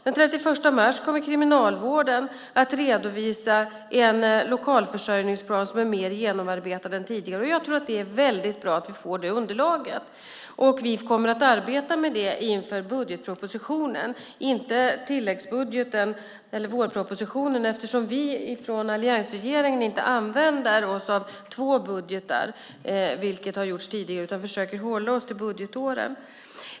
Den 31 mars kommer Kriminalvården att redovisa en lokalförsörjningsplan som är mer genomarbetad än tidigare, och jag tror att det är väldigt bra att vi får det underlaget. Vi kommer att arbeta med det inför budgetpropositionen, inte i tilläggsbudgeten eller vårpropositionen, eftersom vi i alliansregeringen inte använder oss av två budgetar, vilket har gjorts tidigare, utan försöker hålla oss till budgetåren.